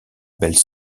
belle